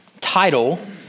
title